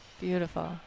Beautiful